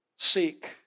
seek